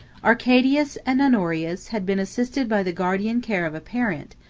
arcadius and honorius had been assisted by the guardian care of a parent,